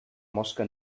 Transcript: mosca